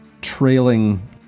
trailing